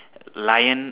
lion